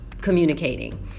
communicating